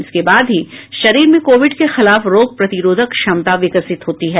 इसके बाद ही शरीर में कोविड के खिलाफ रोग प्रतिरोधक क्षमता विकसित होती है